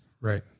Right